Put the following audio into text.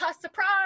surprise